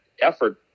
effort